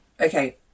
Okay